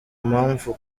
mpamvu